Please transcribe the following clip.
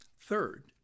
Third